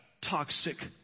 toxic